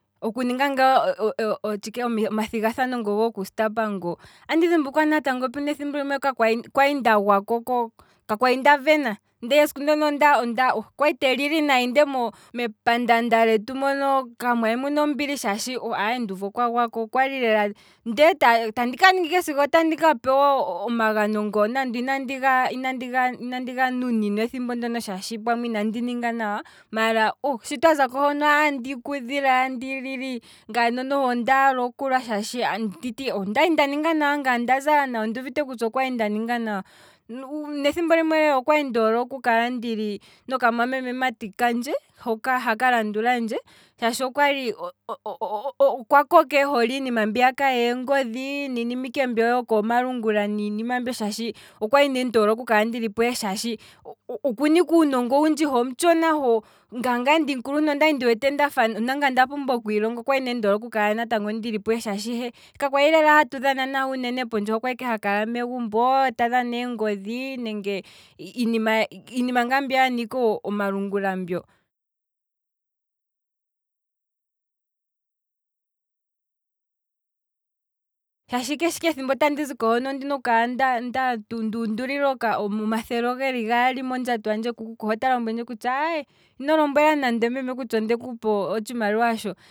Oku ninga tshike oku ninga ngaa omathigathano ngo gokustapa ngo, andi dhimbulukwa natango esiku limwe kwali nda- nda gwako, ka kwali nda vena, ndee esiku ndono okwali te lili nayi nde mepaandanda lyetu mono kamuna mbili shaashi nduuvu oh okwa gwako, kwali lela. ndee tandi kapewa omagano ngoo nande ina ndiga nuninwa ethimbo ndoo shaashi pamwe inandi ninga nawa, maala shi twazaako hono andi kudhile andi lili ngaye ondaala okulwa shaashi ondali nda ninga nawa ngaye onda zala nawa, na ondi wete kutya okwali nda ninga nawa, nethimbo limwe okwali ndoole oku kala noka mwamememati kandje haka landulandje shaashi okwali, okwa koka ehole iinima yeengodhi niinima ike mbyo yoko malungula shaashi okwali ne ndoole oku kala ndili puhe shaashi, okuna ike uunongo wundji he omutshona ngaa ngaye ndimukuluntu ondi wete ndafa nda pumbwa okwiilonga, okwali nee ndole okukala ndili puhe shaashi he ka kwali lela uunene hatu dhana nahe, okwali ike ehole megumbo, ta dhana eengodhi nenge iinima mbi yanika omalungula mbyo, shaashi keshe ike ethimbo tandi ziko hono, ondin oku kala nda- nda- nduu ndulilwa omathele geli gali ku kuku mondjato he ota lombwelendje kutya, ino lombwela nande meme kutya ondeku pa otshimaliwa sho